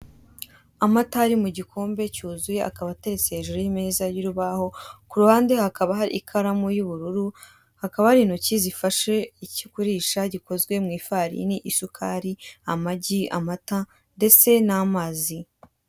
Amata ari mu gikombe cyuzuye, akaba ateretse hejuru y'imeza y'urubaho, ku ruhande hakaba hari ikaramu y'ubururu, hakaba hari intoki zifashe icyo kurya gikizwe mu ifarini, isukari, amagi, amata, ndetse n'amazi.